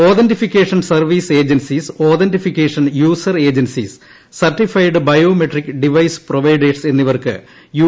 authentication service agencies authentication user agencies certified biometric device providers എന്നിവർക്ക് U